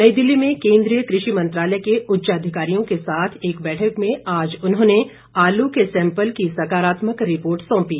नई दिल्ली में केंद्रीय कृषि मंत्रालय के उच्चाधिकारियों के साथ एक बैठक में आज उन्होंने आलू के सैम्पल की सकारात्मक रिपोर्ट सौंपी